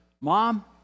Mom